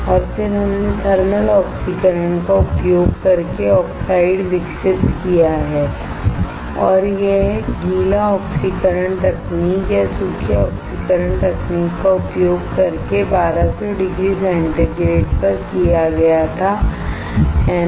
और फिर हमने थर्मल ऑक्सीकरण का उपयोग करके ऑक्साइड विकसित किया है और यह गीला ऑक्सीकरण तकनीक या सूखी ऑक्सीकरण तकनीक का उपयोग करके 1200 डिग्री सेंटीग्रेड पर किया गया था है ना